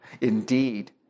Indeed